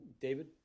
David